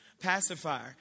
pacifier